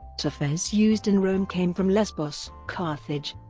terfez used in rome came from lesbos, carthage,